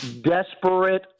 Desperate